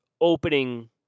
opening